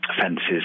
fences